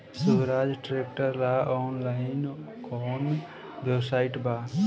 सोहराज tractor ला online कोउन website बा?